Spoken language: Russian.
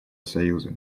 союза